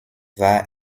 war